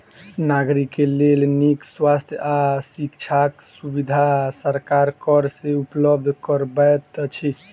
नागरिक के लेल नीक स्वास्थ्य आ शिक्षाक सुविधा सरकार कर से उपलब्ध करबैत अछि